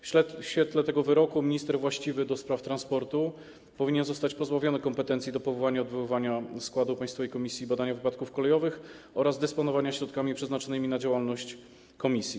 W świetle tego wyroku minister właściwy do spraw transportu powinien zostać pozbawiony kompetencji do powoływania i odwoływania składu Państwowej Komisji Badania Wypadków Kolejowych oraz dysponowania środkami przeznaczonymi na działalność komisji.